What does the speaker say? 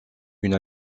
une